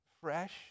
fresh